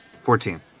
Fourteen